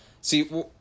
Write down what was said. See